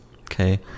okay